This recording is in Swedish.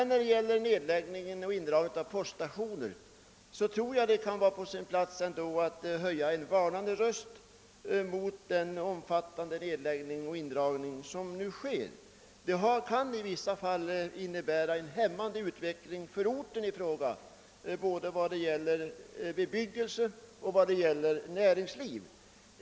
När det gäller poststationerna kan det vara på sin plats att höja en varnande röst mot den omfattande nedläggning och indragning som nu sker och som i vissa fall kan hämma utvecklingen på orten i fråga både av bebyg gelse och näringsliv.